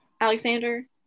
alexander